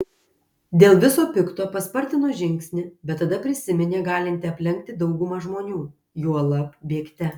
dėl viso pikto paspartino žingsnį bet tada prisiminė galinti aplenkti daugumą žmonių juolab bėgte